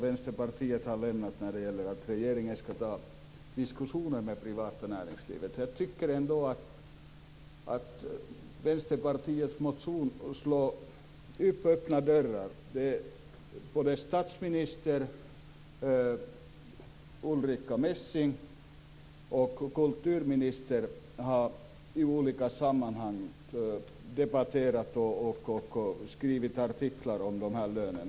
Vänsterpartiet har lämnat en motion om att regeringen skall ta upp diskussionen med det privata näringslivet. Jag tycker att Vänsterpartiets motion slår in öppna dörrar. Statsministern, Ulrica Messing och kulturministern har i olika sammanhang debatterat och skrivit artiklar om dessa löner.